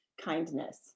kindness